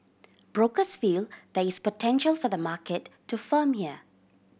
brokers feel there is potential for the market to firm here